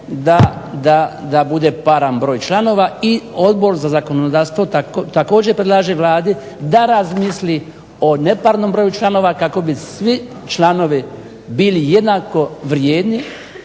da bude paran broj članova i Odbor za zakonodavstvo također predlaže Vladi da razmisli o neparnom broju članova kako bi svi članovi bili jednako vrijedni